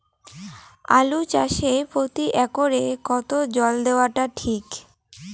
আলু চাষে প্রতি একরে কতো জল দেওয়া টা ঠিক?